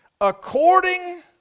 According